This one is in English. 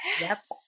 Yes